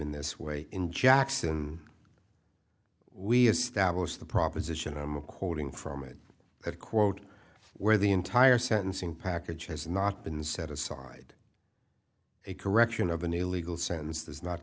in this way in jackson we established the proposition i'm quoting from it that quote where the entire sentencing package has not been set aside a correction of a new legal sense does not